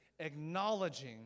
acknowledging